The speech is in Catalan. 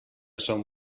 som